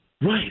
Right